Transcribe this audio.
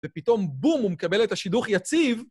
ופתאום בום, הוא מקבל את השידוך יציב.